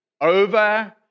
Over